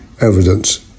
evidence